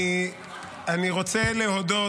אני רוצה להודות,